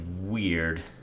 weird